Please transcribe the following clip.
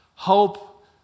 Hope